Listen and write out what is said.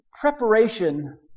preparation